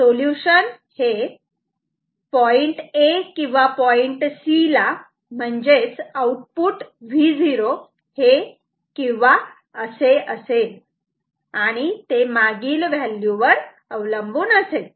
solution हे point A किंवा point C ला म्हणजेच आउटपुट Vo हे किंवा असे असेल आणि ते मागील व्हॅल्यू वर अवलंबून असेल